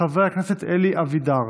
חבר הכנסת אלי אבידר,